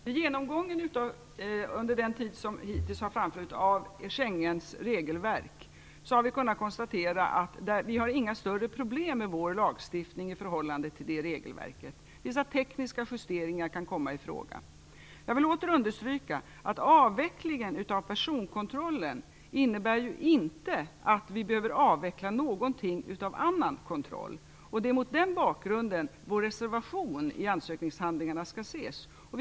Herr talman! Vid genomgången av Schengenavtalets regelverk har vi under den tid som har förflutit kunnat konstatera att det inte föreligger några större problem med svensk lagstiftning i förhållande till regelverket. Vissa tekniska justeringar kan dock komma i fråga. Jag vill åter understryka att avvecklingen av personkontrollen inte innebär att vi behöver avveckla delar av någon annan kontroll. Sveriges reservation i ansökningshandlingarna skall ses mot den bakgrunden.